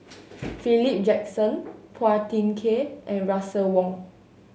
Philip Jackson Phua Thin Kiay and Russel Wong